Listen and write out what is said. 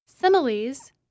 Similes